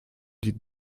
die